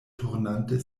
turnante